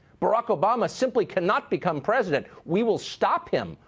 barack obama simply cannot become president, we will stop him,